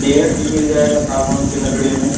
chair भी मिल जाएग सागवन की लकड़ी में